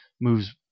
moves